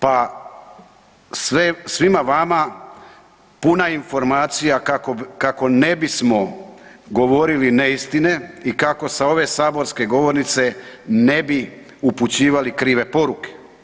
Pa svima vama puna informacija kako ne bismo govorili neistine i kako sa ove saborske govornice ne bi upućivali krive poruke.